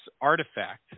artifact